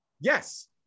Yes